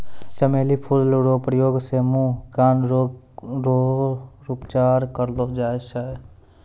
चमेली फूल रो प्रयोग से मुँह, कान रोग रो उपचार करलो जाय छै